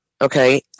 Okay